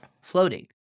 floating